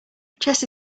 chess